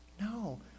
No